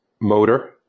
motor